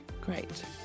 Great